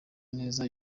neza